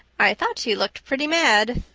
i thought he looked pretty mad.